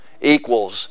equals